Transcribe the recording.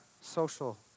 social